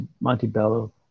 Montebello